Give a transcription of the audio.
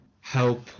help